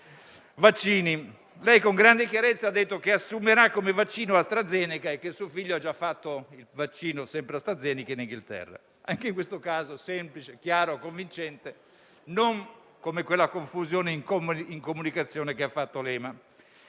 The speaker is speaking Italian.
Lei, con grande chiarezza, ha detto che assumerà AstraZeneca e che suo figlio ha già fatto il vaccino, sempre AstraZeneca, nel Regno Unito: anche in questo caso, semplice, chiaro, convincente; non come quella confusione comunicativa che ha fatto l'EMA.